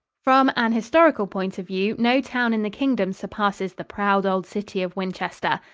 from an historical point of view, no town in the kingdom surpasses the proud old city of winchester.